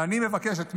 ואני מבקש את תמיכתכם.